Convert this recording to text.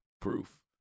proof